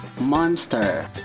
Monster